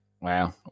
Wow